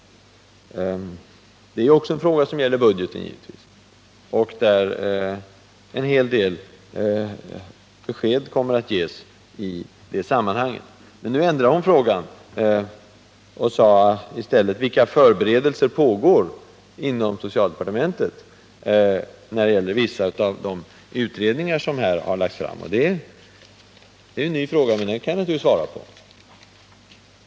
Det är givetvis också en fråga som gäller budgeten, och en del besked kommer att ges i samband med den. Nu ändrade hon sig och frågar i stället: Vilka förberedelser pågår inom socialdepartementet när det gäller vissa utredningar som har lagts fram? Det är en ny fråga, som jag har lättare att svara på i dag.